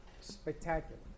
Spectacular